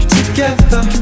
Together